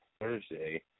Thursday